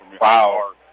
Wow